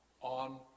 on